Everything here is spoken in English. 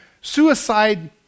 suicide